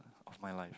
of my life